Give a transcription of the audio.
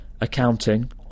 accounting